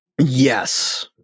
Yes